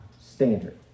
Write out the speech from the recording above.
standard